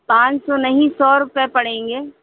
पाँच सौ नहीं सौ रुपये पड़ेंगे